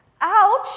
Ouch